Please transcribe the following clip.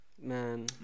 man